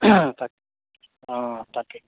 তাক অঁ তাকে